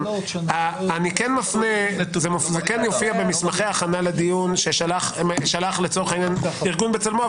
זה כן מופיע במסמכי ההכנה לדיון ששלח לצורך העניין ארגון בצלמו,